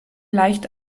leicht